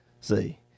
See